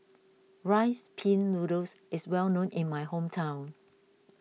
Rice Pin Noodles is well known in my hometown